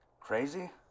Crazy